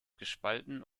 gespalten